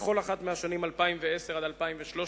בכל אחת מהשנים 2010 2013,